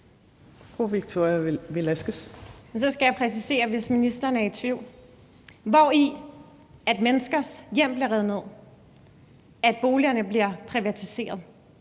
Så skal jeg præcisere, hvis ministeren er i tvivl. Hvori, at menneskers hjem bliver revet ned, hvori, at boliger bliver privatiseret,